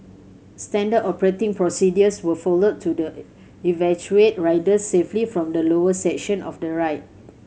standard operating procedures were followed to the evacuate riders safely from the lower section of the ride